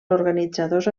organitzadors